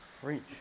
French